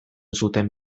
zuten